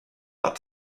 that